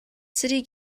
city